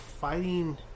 fighting